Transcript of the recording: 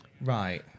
Right